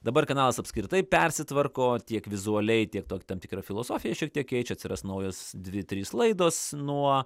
dabar kanalas apskritai persitvarko tiek vizualiai tiek to tam tikrą filosofiją šiek tiek keičia atsiras naujos dvi trys laidos nuo